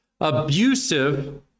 abusive